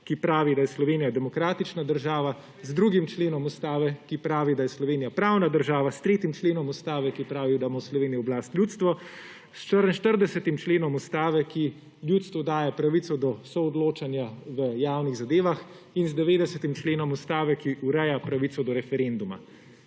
ki pravi, da je Slovenija demokratična država, 2. členom Ustave, ki pravi, da je Slovenija pravna država, s 3. členom Ustave, ki pravi, da ima v Sloveniji oblast ljudstvo, s 44. členom Ustave, ki ljudstvu daje pravico do soodločanja v javnih zadevah, in z 90. členom Ustave, ki ureja pravico do referenduma.